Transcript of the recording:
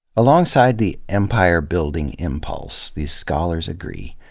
alongside the empire-building impulse, these scholars agree,